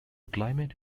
climate